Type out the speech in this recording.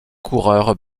coureurs